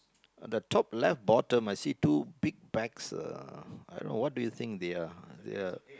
the top left bottom I see two big bags uh I don't know what do you think they are they are